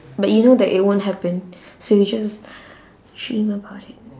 but you know that it won't happen so you just dream about it